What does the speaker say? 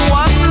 one